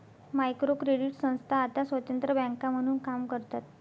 micro credit संस्था आता स्वतंत्र बँका म्हणून काम करतात